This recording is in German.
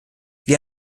wir